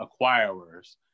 acquirers